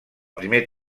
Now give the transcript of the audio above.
primer